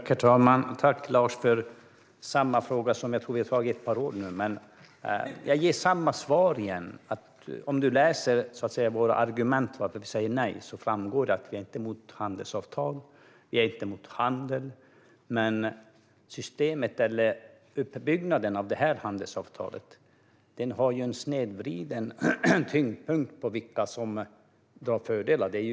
Herr talman! Tack, Lars, för samma fråga som jag tror att jag har fått i ett par år nu! Men jag ger samma svar igen, att av våra argument för att vi säger nej framgår det att vi inte är emot handelsavtal och handel. Men det här handelsavtalet har en snedvriden tyngdpunkt på vilka som drar fördelar av avtalet.